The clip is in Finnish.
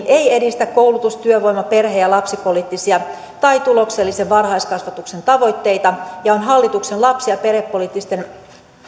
ei edistä koulutus työvoima perhe ja lapsipoliittisia tai tuloksellisen varhaiskasvatuksen tavoitteita ja on hallituksen lapsi ja perhepoliittisten